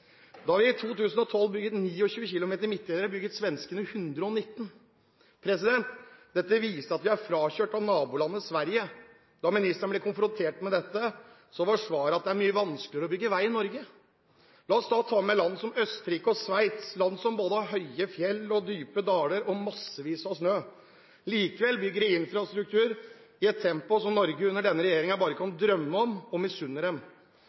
Da vi i 2012 bygde 29 km midtdelere, bygde svenskene 119. Dette viser at vi er frakjørt av nabolandet Sverige. Da ministeren ble konfrontert med dette, var svaret at det er mye vanskeligere å bygge vei i Norge. La oss da ta med land som Østerrike og Sveits, land som både har høye fjell, dype daler og massevis av snø. Likevel bygger de infrastruktur i et tempo som Norge under denne regjeringen bare kan drømme om og misunne dem,